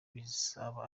bizaba